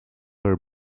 her